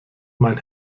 mein